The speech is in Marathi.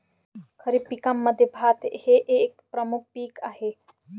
खरीप पिकांमध्ये भात हे एक प्रमुख पीक आहे